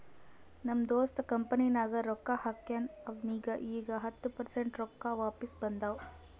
ನಮ್ ದೋಸ್ತ್ ಕಂಪನಿನಾಗ್ ರೊಕ್ಕಾ ಹಾಕ್ಯಾನ್ ಅವ್ನಿಗ ಈಗ್ ಹತ್ತ ಪರ್ಸೆಂಟ್ ರೊಕ್ಕಾ ವಾಪಿಸ್ ಬಂದಾವ್